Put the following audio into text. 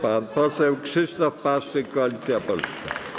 Pan poseł Krzysztof Paszyk, Koalicja Polska.